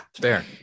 fair